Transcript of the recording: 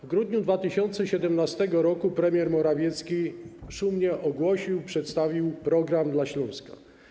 W grudniu 2017 r. premier Morawiecki szumnie ogłosił i przedstawił „Program dla Śląska”